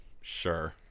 Sure